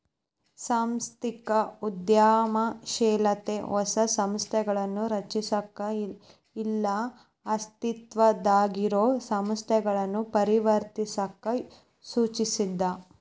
ಸಾಂಸ್ಥಿಕ ಉದ್ಯಮಶೇಲತೆ ಹೊಸ ಸಂಸ್ಥೆಗಳನ್ನ ರಚಿಸಕ ಇಲ್ಲಾ ಅಸ್ತಿತ್ವದಾಗಿರೊ ಸಂಸ್ಥೆಗಳನ್ನ ಪರಿವರ್ತಿಸಕ ಸೂಚಿಸ್ತದ